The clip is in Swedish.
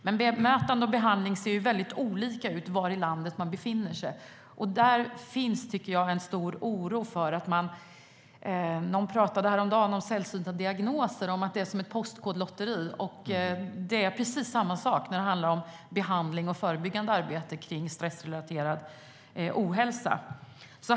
Men bemötande och behandling ser väldigt olika ut beroende på var i landet man befinner sig. Det finns en stor oro för det. Någon pratade häromdagen om att sällsynta diagnoser är som ett postkodlotteri. Precis samma sak gäller behandling av och förebyggande arbete mot stressrelaterad ohälsa.